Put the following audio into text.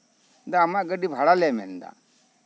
ᱟᱢᱟᱜ ᱜᱟᱹᱰᱤ ᱵᱷᱟᱲᱟᱞᱮ ᱢᱮᱱᱫᱟ